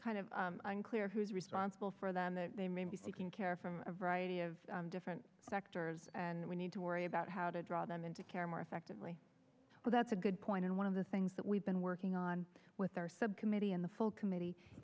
kind of unclear who is responsible for them that they may be seeking care from a variety of different sectors and we need to worry about how to draw them into care more effectively well that's a good point and one of the things that we've been working on with our subcommittee and the full committee